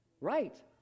Right